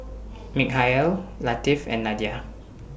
Mikhail Latif and Nadia